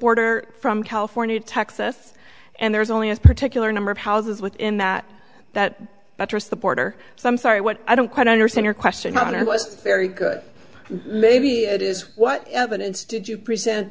border from california to texas and there's only a particular number of houses within that that buttress the border so i'm sorry what i don't quite understand your question i wasn't very good maybe it is what evidence did you present